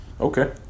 Okay